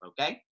okay